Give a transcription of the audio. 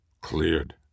Cleared